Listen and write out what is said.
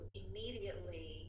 immediately